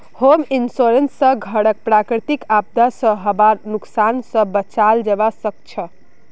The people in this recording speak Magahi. होम इंश्योरेंस स घरक प्राकृतिक आपदा स हबार नुकसान स बचाल जबा सक छह